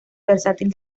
versátil